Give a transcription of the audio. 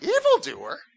evildoer